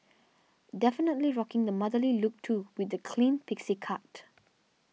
definitely rocking the motherly look too with that clean pixie cut